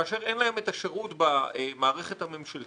כאשר אין להם את השירות במערכת הממשלתית